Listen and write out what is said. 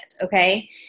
okay